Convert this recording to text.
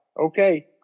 okay